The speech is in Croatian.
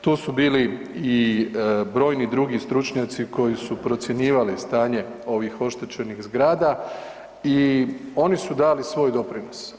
Tu su bili i brojni drugi stručnjaci koji su procjenjivali stanje ovih oštećenih zgrada i oni su dali svoj doprinos.